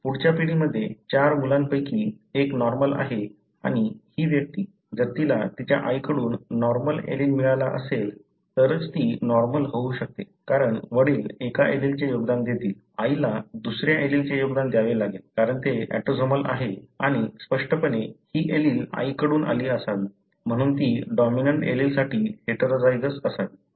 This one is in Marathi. पुढच्या पिढीमध्ये चार मुलांपैकी एक नॉर्मल आहे आणि ही व्यक्ती जर तिला तिच्या आईकडून नॉर्मल एलील मिळाले असेल तरच ती नॉर्मल होऊ शकते कारण वडील एका एलीलचे योगदान देतील आईला दुस या एलीलचे योगदान द्यावे लागेल कारण ते ऑटोसोमल आहे आणि स्पष्टपणे ही एलील आईकडून आली असावी म्हणून ती डॉमिनंट एलीलसाठी हेटेरोझायगस असावी